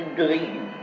dream